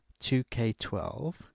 2K12